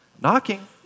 knocking